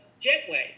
jetway